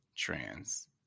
Trans